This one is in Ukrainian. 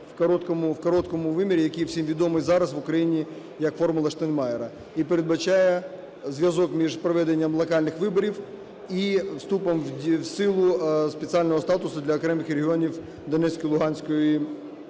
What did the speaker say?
в короткому вимірі, який всім відомий зараз в Україні як "формула Штайнмайєра", і передбачає зв'язок між проведенням локальних виборів і вступом в силу спеціального статусу для окремих регіонів Донецької і Луганської областей.